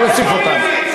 אני אוסיף אותם.